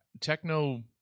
techno